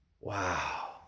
Wow